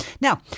now